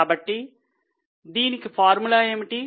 కాబట్టి దీనికి ఫార్ములా ఏమిటి